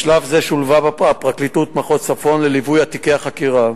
בשלב זה שולבה פרקליטות מחוז צפון בליווי תיקי החקירה